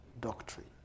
doctrine